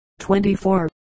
24